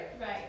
Right